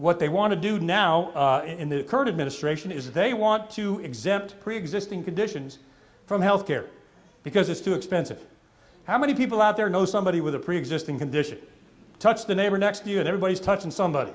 what they want to do now in the current administration is they want to exempt preexisting conditions from health care because it's too expensive how many people out there know somebody with a preexisting condition touch the neighbor next to you and everybody's touching somebody